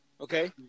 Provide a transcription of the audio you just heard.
okay